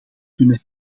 kunnen